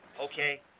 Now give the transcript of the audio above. Okay